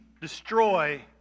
destroy